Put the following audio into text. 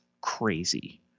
crazy